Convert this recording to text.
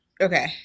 Okay